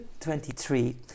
23